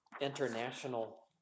international